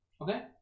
Okay